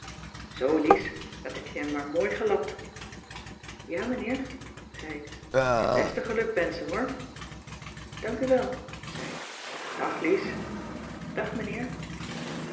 zoo lies dat heb je hem maar mooi gelapt ja meneer zei ik mijn beste gelukwenschen hoor dank u wel zei ik dag lies dag meneer